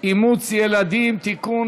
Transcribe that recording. אימוץ ילדים (תיקון,